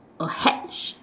a hat